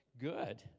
good